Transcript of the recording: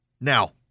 Now